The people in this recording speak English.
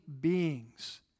beings